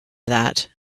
that